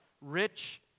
rich